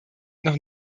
noch